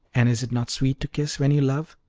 and is it not sweet to kiss when you love?